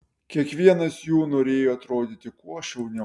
kiekvienas jų norėjo atrodyti kuo šauniau